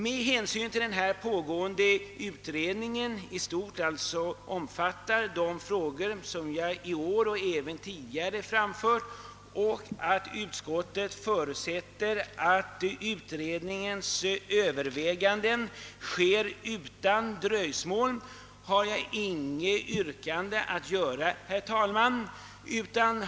Med hänsyn till att utredningen nu avlämnat sitt betänkande, som i stort sett omfattar de frågor som jag i år och tidigare har tagit upp, och att utskottet förutsätter att övervägandena inom Kungl. Maj:ts kansli skall ske utan dröjsmål, kommer jag inte, herr talman, att ställa något yrkande.